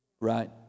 Right